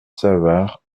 savart